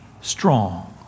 strong